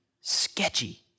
sketchy